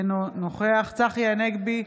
אינו נוכח צחי הנגבי,